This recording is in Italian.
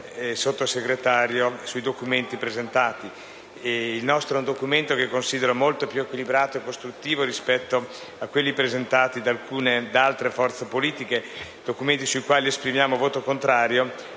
Il nostro è un documento che considero molto più equilibrato e costruttivo rispetto a quelli presentati da altre forze politiche e sui quali esprimo voto contrario,